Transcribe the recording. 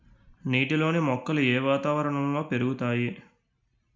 నీటిలోని మొక్కలు ఏ వాతావరణంలో పెరుగుతాయి?